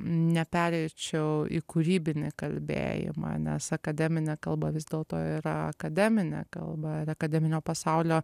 nepereičiau į kūrybinį kalbėjimą nes akademinė kalba vis dėlto yra akademinė kalba ir akademinio pasaulio